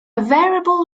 variable